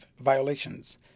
Violations